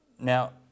Now